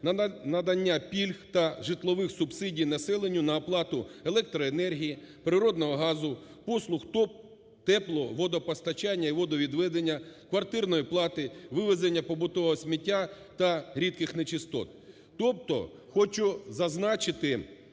надання пільг та житлових субсидій населенню на оплату електроенергії, природного газу, послуг тепловодопостачання і водовідведення, квартирної плати, вивезення побутового сміття та рідких нечистот. Тобто хочу зазначити,